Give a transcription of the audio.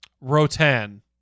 Rotan